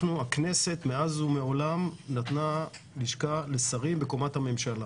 הכנסת מאז ומעולם נתנה לשכה לשרים בקומת הממשלה.